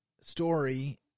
story